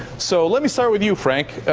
so let me start with you, frank.